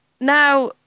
Now